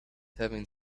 having